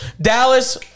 Dallas